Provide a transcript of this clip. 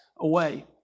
away